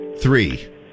three